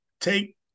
take